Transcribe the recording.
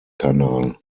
kanal